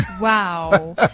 Wow